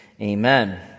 Amen